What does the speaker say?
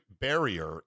barrier